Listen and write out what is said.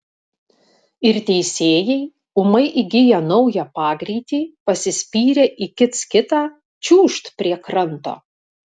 ir teisėjai ūmai įgiję naują pagreitį pasispyrę į kits kitą čiūžt prie kranto